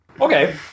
Okay